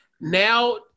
Now